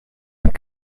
und